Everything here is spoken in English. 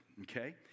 okay